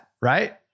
Right